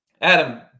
Adam